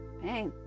hey